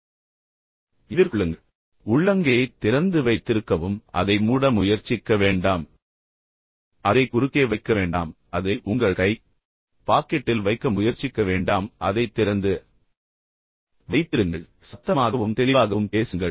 எனவே பார்வையாள ர்களை எதிர்கொள்ள நீங்கள் தைரியமாக இருக்க வேண்டும் உள்ளங்கையைத் திறந்து வைத்திருக்கவும் எனவே அதை மூட முயற்சிக்க வேண்டாம் அதைக் குறுக்கே வைக்க வேண்டாம் அதை உங்கள் கை பாக்கெட்டில் வைக்க முயற்சிக்க வேண்டாம் அதைத் திறந்து வைத்திருங்கள் சத்தமாகவும் தெளிவாகவும் பேசுங்கள்